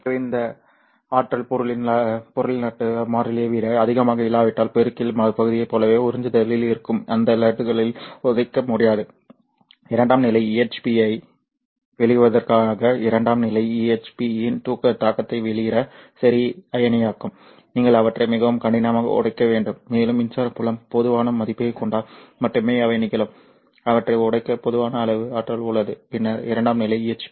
ஆகவே அந்த ஆற்றல் பொருளின் லட்டு மாறிலியை விட அதிகமாக இல்லாவிட்டால் பெருக்கல் பகுதியைப் போலவே உறிஞ்சுதலில் இருக்கும் அந்த லட்டுகளை உதைக்க முடியாது இரண்டாம் நிலை EHP யை வெளியிடுவதற்காக இரண்டாம் நிலை EHP யின் தாக்கத்தை வெளியிட சரி அயனியாக்கம் நீங்கள் அவற்றை மிகவும் கடினமாக உதைக்க வேண்டும் மேலும் மின்சார புலம் போதுமான மதிப்பைக் கொண்டால் மட்டுமே அவை நிகழும் அவை உதைக்க போதுமான அளவு ஆற்றல் உள்ளது பின்னர் இரண்டாம் நிலை EHP